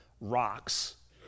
rocks